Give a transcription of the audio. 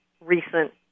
recent